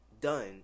done